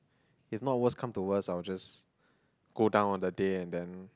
if not worse come to worse I'll just go down on the day and then